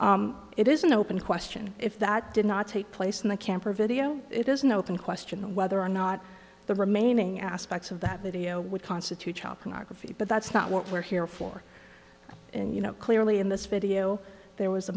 it is an open question if that did not take place in the camp or video it is no open question whether or not the remaining aspects of that video would constitute child pornography but that's not what we're here for and you know clearly in this video there was a